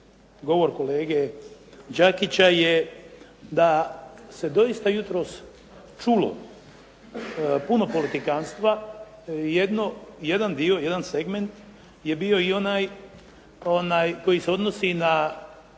govor kolege Đakića je da se doista jutros čulo puno politikanstva, jedan, jedan dio, jedan segment je bio i onaj koji se odnosi na